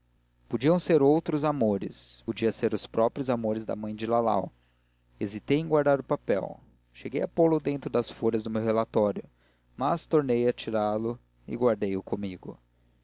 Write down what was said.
podiam ser outros amores podiam ser os próprios amores da mãe de lalau hesitei em guardar o papel e cheguei a pô-lo dentro das folhas do relatório mas tornei a tirá-lo e guardei o comigo